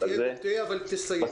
תהיה, אבל תסיים.